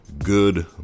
good